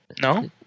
No